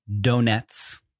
donuts